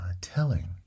telling